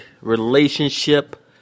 relationship